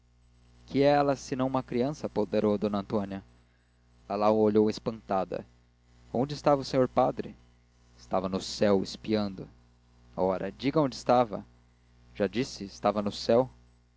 é ela senão criança ponderou d antônia lalau olhou espantada onde estava o senhor padre estava no céu espiando ora diga onde estava já disse estava no céu